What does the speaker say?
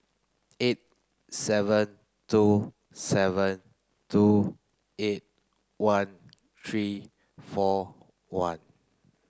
eight seven two seven two eight one three four one